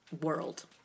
world